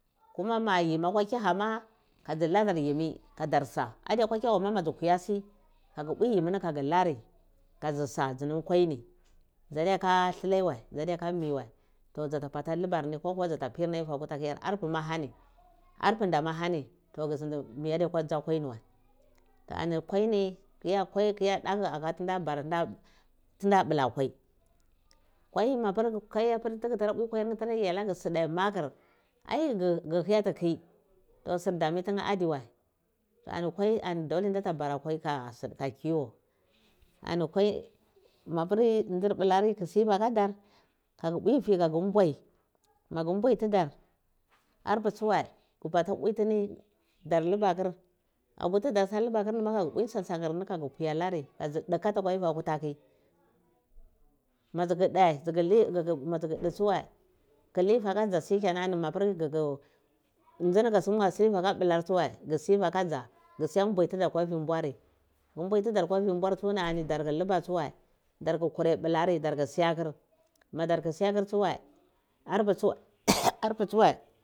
Kuma ma yimi akwa kyaha ma ka dziladar yimi darsa adiapir akwa kyaha ma ama mador huya si kagu bwi yimi ni kaga lari ka azisa dzinam kwai ni dzadiya dilhai wai dzade yaka miwai toh dzuba bala libarni ko kuwa dza pirni aivi akutarki aipi ma hani arpinda ma hani tu ghu zindi mi adiyakwa kwata kwai ni wai ani kwai ni ki ya kwai ki iya daku tina bara tina bla kwai kwai mapir tugu pwi kwairir nheh tara yar alagheh side makur ai ghu hugati tai to sur dame tuna adiwai to oni kwai dolenda ta bara kwaika kiwo to ani kwai ndir blari kuh sivi aka dzah kaga bwi vi ka gu mbwai magu mbwai todar arpae tsuwa gu bata pwitini dar luba akir vir tidarta lubakir ma wa gu pwi tsan tsan ir ngeh gu pwi alari ka dzi dhe arpae akuta khi ma dzuku dae dza kulivi aka dza to shikenan mapir nzini ku sivi aka blar tsuwar yu bata livi aka dza gha mbubwai tudar darku luba tsawai dar tau tsurai blari madarku siyakur tsuwai arpu tsuwa